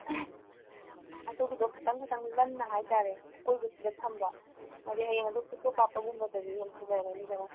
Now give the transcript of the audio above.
ꯑꯗꯨꯒꯤꯗꯣ ꯈꯤꯇꯪ ꯈꯤꯇꯪ ꯂꯟꯅ ꯍꯥꯏꯇꯔꯦ ꯑꯀꯣꯏꯕꯁꯤꯗ ꯊꯝꯕ ꯍꯥꯏꯗꯤ ꯍꯌꯦꯡ ꯑꯗꯨ ꯐꯣꯇꯣ ꯀꯥꯞꯄꯒꯨꯝꯕꯗꯗꯤ ꯌꯥꯝ ꯐꯖꯒꯅꯤꯗꯅ